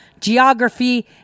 geography